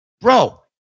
bro